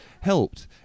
helped